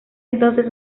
entonces